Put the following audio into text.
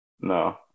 no